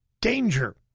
danger